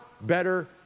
better